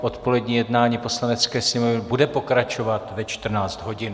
Odpolední jednání Poslanecké sněmovny bude pokračovat ve 14 hodin.